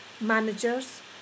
managers